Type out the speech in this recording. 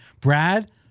Brad